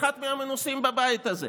אחד מהמנוסים בבית הזה,